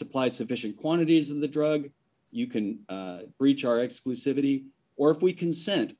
supply sufficient quantities of the drug you can reach our exclusivity or if we consent